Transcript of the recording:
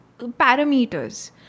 parameters